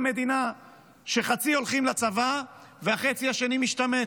מדינה שחצי בה הולכים לצבא והחצי השני משתמט,